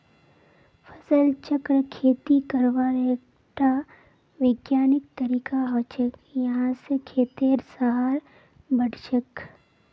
फसल चक्र खेती करवार एकटा विज्ञानिक तरीका हछेक यहा स खेतेर सहार बढ़छेक